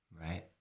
right